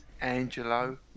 Angelo